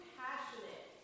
passionate